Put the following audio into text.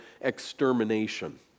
extermination